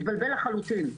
התבלבל לחלוטין.